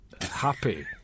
Happy